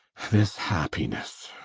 this happiness